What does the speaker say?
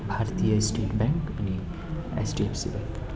भारतीय state bank अनि HDFC bank